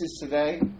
today